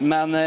Men